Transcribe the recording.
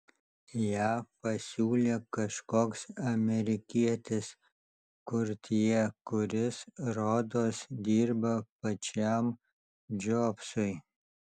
ją pasiūlė kažkoks amerikietis kurtjė kuris rodos dirba pačiam džobsui